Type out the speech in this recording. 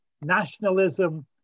nationalism